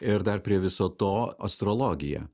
ir dar prie viso to astrologija